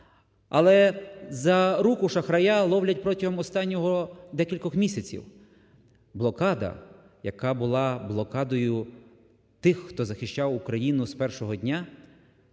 Але за руку шахрая ловлять протягом останніх декількох місяців. Блокада, яка була блокадою тих, хто захищав Україну з першого дня,